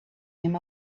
him